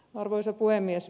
arvoisa puhemies